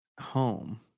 Home